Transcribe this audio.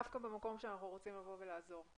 דווקא במקום שבו אנחנו רוצים לבוא ולעזור.